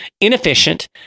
inefficient